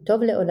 כי טוב לעוללה,